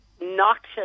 noxious